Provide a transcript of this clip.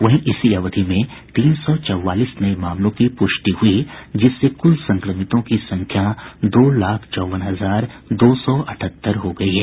वहीं इसी अवधि में तीन सौ चौवालीस नये मामलों की पुष्टि हुई जिससे कुल संक्रमितों की संख्या दो लाख चौवन हजार दो सौ अठहत्तर हो गयी है